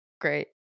Great